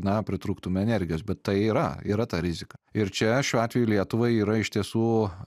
na pritrūktume energijos bet tai yra yra ta rizika ir čia šiuo atveju lietuvai yra iš tiesų